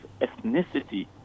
ethnicity